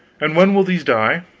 and when will these die?